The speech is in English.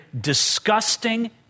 disgusting